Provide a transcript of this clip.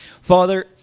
Father